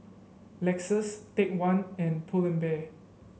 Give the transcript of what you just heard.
Lexus Take One and Pull and Bear